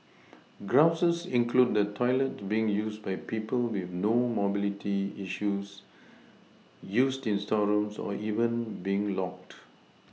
grouses include the toilets being used by people with no mobility issues used as storerooms or even being locked